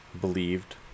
believed